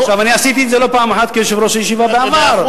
אני עשיתי את זה לא פעם אחת כיושב-ראש הישיבה בעבר.